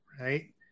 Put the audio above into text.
right